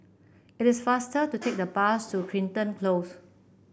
it is faster to take the bus to Crichton Close